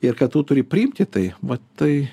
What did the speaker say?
ir kad tu turi priimti tai vat tai